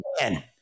man